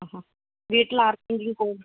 അ വീട്ടിൽ ആർക്കെങ്കിലും കോവിഡ്